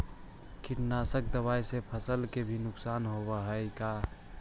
कीटनाशक दबाइ से फसल के भी नुकसान होब हई का?